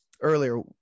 earlier